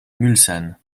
mulsanne